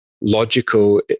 logical